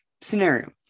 scenario